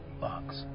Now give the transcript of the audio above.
Box